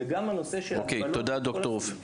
וגם הנושא של המגבלות --- אוקיי,